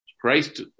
Christ